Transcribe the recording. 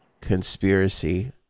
conspiracy